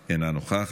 אינה נוכחת.